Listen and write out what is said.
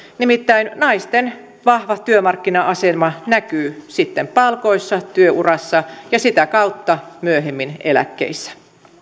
nimittäin naisten vahva työmarkkina asema näkyy sitten palkoissa työurassa ja sitä kautta myöhemmin eläkkeissä